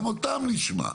גם אותם נשמע.